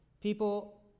People